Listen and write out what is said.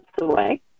away